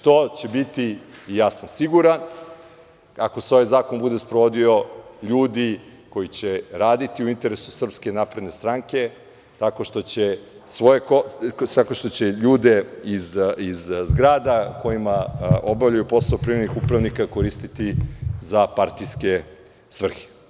To će biti, siguran sam, ako se ovaj zakon bude sprovodio, ljudi koji će raditi u interesu SNS, tako što će ljude iz zgrada u kojima obavljaju posao privremenih upravnika koristiti za partijske svrhe.